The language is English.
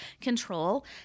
control